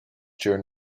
during